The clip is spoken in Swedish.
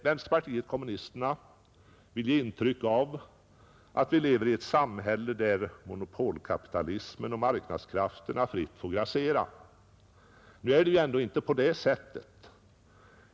Vänsterpartiet kommunisterna vill ge intryck av att vi lever i ett samhälle där monopolkapitalismen och marknadskrafterna fritt får grassera. Nu är det ju ändå inte på det sättet.